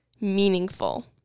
meaningful